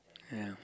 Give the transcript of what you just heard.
yeah